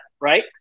right